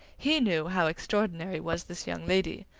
he knew how extraordinary was this young lady,